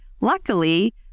Luckily